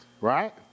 Right